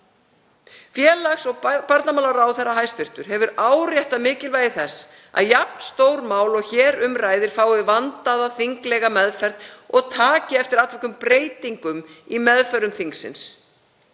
félags- og barnamálaráðherra hefur áréttað mikilvægi þess að jafn stór mál og hér um ræðir fái vandaða þinglega meðferð og taki eftir atvikum breytingum í meðförum þingsins.